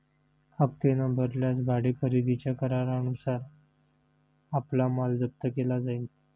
हप्ते न भरल्यास भाडे खरेदीच्या करारानुसार आपला माल जप्त केला जाईल